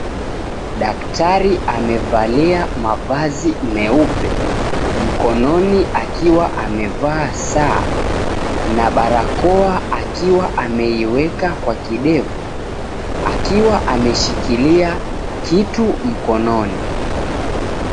Daktari amevalia mavazi meupe, mkononi akiwa amevaa saa na barakoa akiwa ameiweka kwa kidevu, akiwa ameshikiria kitu mkononi.